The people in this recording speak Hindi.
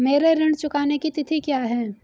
मेरे ऋण चुकाने की तिथि क्या है?